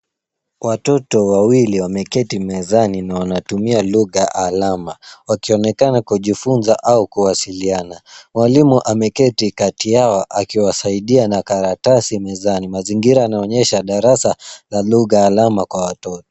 Watoto wawili wameketi mezani na wanatumia lugha alama. Wakionekana kujifunza au kuwasiliana. Mwalimu ameketi kati yao akiwasaidia na karatasi mezani. Mazingira yanaonyesha darasa la lugha alama kwa watoto.